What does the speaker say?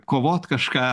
kovot kažką